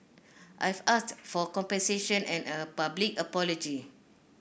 I've asked for compensation and a public apology